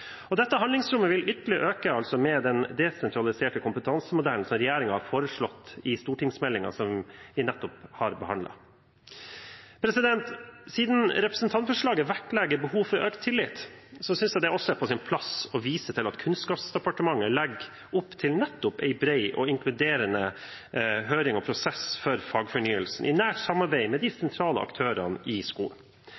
skole. Dette handlingsrommet vil øke ytterligere med den desentraliserte kompetansemodellen som regjeringen har foreslått i den stortingsmeldingen som vi nettopp har behandlet. Siden representantforslaget vektlegger behovet for økt tillit, synes jeg det er på sin plass å vise til at Kunnskapsdepartementet legger opp til nettopp en bred og inkluderende høring om og prosess for fagfornyelsen, i nært samarbeid med de